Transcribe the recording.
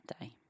day